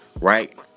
right